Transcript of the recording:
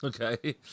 Okay